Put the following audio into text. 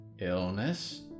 illness